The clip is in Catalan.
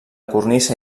cornisa